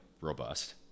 robust